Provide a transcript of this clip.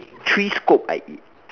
three scoop I eat